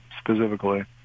specifically